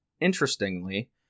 interestingly